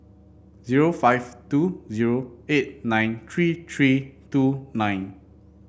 zero five two zero eight nine three three two nine